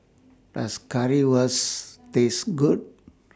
Does Currywurst Taste Good